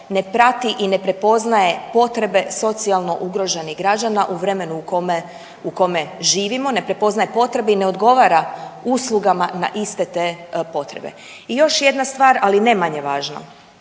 ne prati i ne prepoznaje potrebe socijalno ugroženih građana u vremenu u kome živimo, ne prepoznaje potrebe i ne odgovara uslugama na iste te potrebe. I još jedna stvar, ali ne manje važna.